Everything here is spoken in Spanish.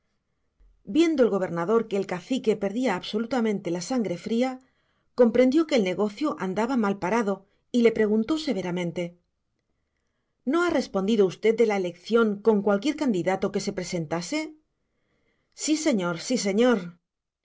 viendo el gobernador que el cacique perdía absolutamente la sangre fría comprendió que el negocio andaba mal parado y le preguntó severamente no ha respondido usted de la elección con cualquier candidato que se presentase sí señor sí señor